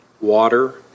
Water